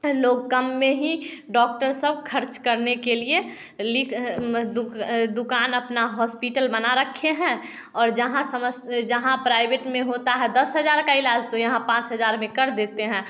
लोग कम में हीं डॉक्टर सब खर्च करने के लिए लिख दुकान अपना हॉस्पिटल बना रखे हैं और जहां समस्त जहां प्राइवेट में होता है दस हजार का ईलाज तो यहां पाँच हजार में कर देते हैं